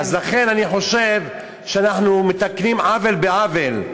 אז לכן אני חושב שאנחנו מתקנים עוול בעוול,